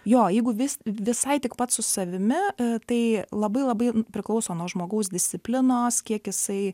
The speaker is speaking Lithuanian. jo jeigu vis visai tik pats su savimi tai labai labai priklauso nuo žmogaus disciplinos kiek jisai